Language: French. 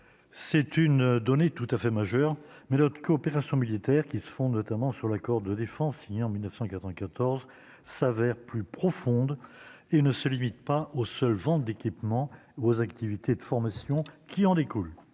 c'est une donnée tout à fait majeur mais l'autre coopération militaire qui se font notamment sur l'accord de défense signé en 1994 s'avère plus profonde et ne se limite pas aux seules ventes d'équipements aux activités de formation qui en découlent,